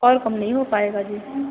और कम नहीं हो पाएगा जी